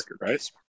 right